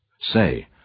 Say